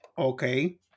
Okay